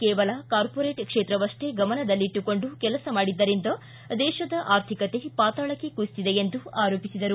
ಕೇವಲ ಕಾರ್ಪೋರೇಟ್ ಕ್ಷೇತ್ರವಷ್ಟೇ ಗಮನದಲ್ಲಿಟ್ಟುಕೊಂಡು ಕೆಲಸ ಮಾಡಿದ್ದರಿಂದ ದೇಶದ ಆರ್ಥಿಕತೆ ಪಾತಾಳಕ್ಕೆ ಕುಸಿದಿದೆ ಎಂದು ಆರೋಪಿಸಿದರು